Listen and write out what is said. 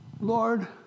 Lord